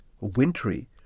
wintry